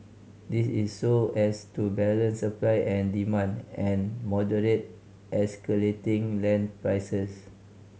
this is so as to balance supply and demand and moderate escalating land prices